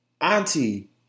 auntie